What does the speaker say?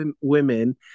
women